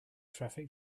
traffic